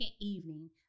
evening